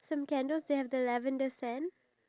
um yup